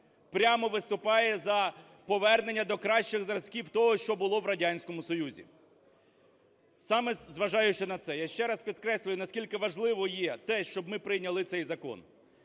прямо виступає за повернення до кращих зразків того, що було в Радянському Союзі. Саме зважаючи на це, я ще раз підкреслюю, наскільки важливо є те, щоб ми прийняли цей закон.